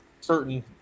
certain